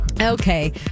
Okay